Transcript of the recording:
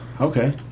Okay